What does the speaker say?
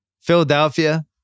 Philadelphia